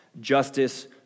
justice